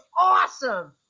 awesome